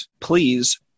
please